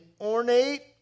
ornate